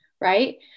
right